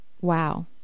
Wow